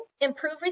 improve